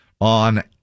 on